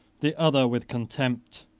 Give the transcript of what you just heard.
the other with contempt.